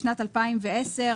בשנת 2010,